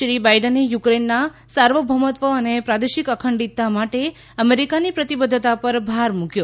શ્રી બાઈડને યુક્રેનના સાર્વભૌમત્વ અને પ્રાદેશિક અખંડિતતા માટે અમેરિકાની પ્રતિબદ્ધતા પર ભાર મૂક્યો